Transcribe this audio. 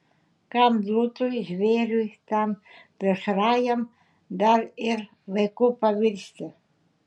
kam liūtui žvėriui tam plėšriajam dar ir vaiku pavirsti